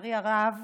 ולצערי הרב